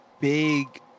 big –